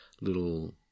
little